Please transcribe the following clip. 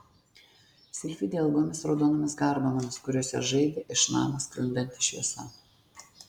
silfidę ilgomis raudonomis garbanomis kuriuose žaidė iš namo sklindanti šviesa